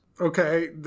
Okay